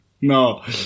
No